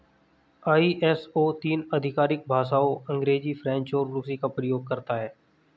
ISO तीन आधिकारिक भाषाओं अंग्रेजी, फ्रेंच और रूसी का प्रयोग करता है